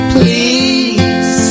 Please